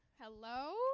Hello